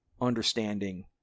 understanding